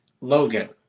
Logan